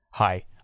Hi